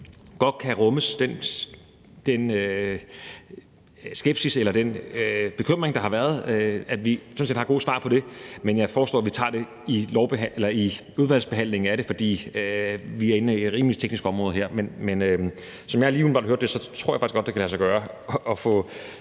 jeg, at den skepsis eller bekymring, der har været, godt kan rummes, og at vi sådan set har gode svar på det. Men jeg foreslår, at vi tager det i udvalgsbehandlingen, fordi vi er inde i et rimelig teknisk område her. Som jeg lige umiddelbart hørte det, tror jeg faktisk godt, det kan lade sig gøre at få